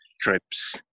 trips